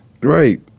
Right